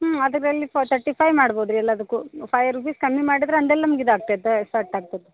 ಹ್ಞೂ ಅದರಲ್ಲಿ thirty five ಮಾಡ್ಬೋದು ರೀ ಎಲ್ಲದಕ್ಕೂ ಫೈವ್ ರುಪೀಸ್ ಕಮ್ಮಿ ಮಾಡಿದ್ರೆ ಅಂದೇಲ್ ನಮ್ಗೆ ಇದಾಗ್ತೇತೆ ಆಗ್ತೇತೆ